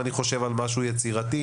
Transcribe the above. אני חושב על משהו יצירתי,